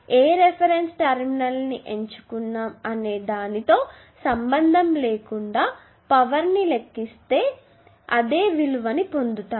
ఏ reference terminal ని ఎంచుకున్నాము అనే దానితో సంబంధం లేకుండా పవర్ ని లెక్కిస్తే అదే విలువని పొందుతాము